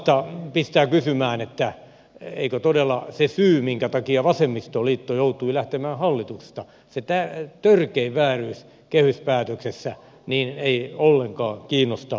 tällainen pistää kysymään että eikö todella se syy minkä takia vasemmistoliitto joutui lähtemään hallituksesta se törkein vääryys kehyspäätöksessä ollenkaan kiinnosta keskustaa